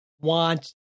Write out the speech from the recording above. want